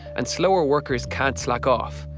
and slower workers can't slack off.